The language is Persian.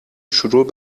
شروع